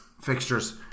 fixtures